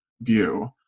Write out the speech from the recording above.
view